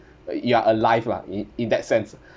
you are alive lah in in that sense